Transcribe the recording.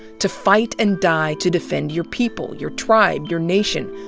to fight and die to defend your people your tribe, your nation.